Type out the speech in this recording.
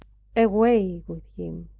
away with him,